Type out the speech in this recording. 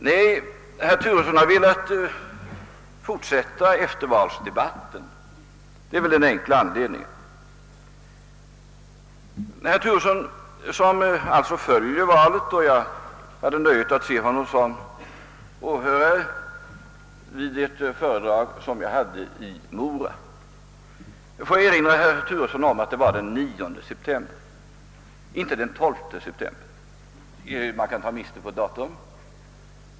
Nej, herr Turesson har velat fortsätta eftervalsdebatten — det är väl den enkla anledningen till att han tar upp frågan. Herr Turesson följde alltså valdebatten. Jag hade nöjet att ha honom som åhörare vid ett föredrag som jag höll i Mora. Jag får erinra herr Turesson om att det var den 9 september, inte den 12 september — man kan ju ta miste på datum.